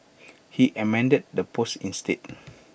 he amended the post instead